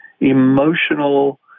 emotional